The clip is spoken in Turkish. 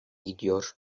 gidiyor